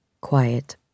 Quiet